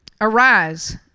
arise